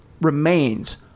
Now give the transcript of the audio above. remains